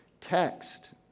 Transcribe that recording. text